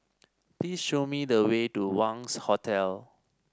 please show me the way to Wangz Hotel